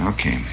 Okay